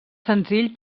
senzill